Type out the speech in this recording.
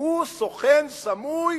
הוא סוכן סמוי,